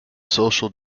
social